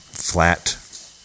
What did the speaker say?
flat